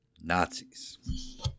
Nazis